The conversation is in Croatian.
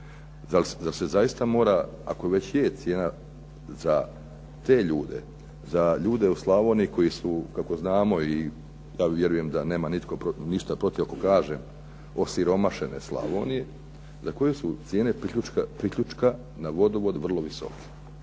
Zar se zaista mora ako već je cijena za te ljude, za ljude u Slavoniji koji su kako znamo i bar vjerujem da nema nitko ništa protiv ako kažem osiromašene Slavonije za koju su cijene priključka na vodovod vrlo visoke.